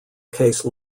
case